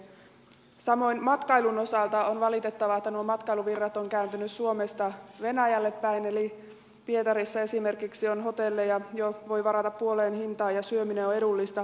samoin matkailun osalta on valitettavaa että nuo matkailuvirrat ovat kääntyneet suomesta venäjälle päin eli pietarissa esimerkiksi on hotelleja joita voi varata puoleen hintaan ja syöminen on edullista